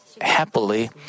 happily